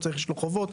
יש לו חובות.